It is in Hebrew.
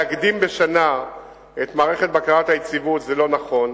להקדים בשנה את מערכת בקרת היציבות זה לא נכון,